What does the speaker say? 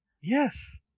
Yes